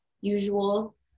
usual